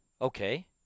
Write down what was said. okay